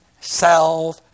self